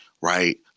right